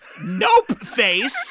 Nope-face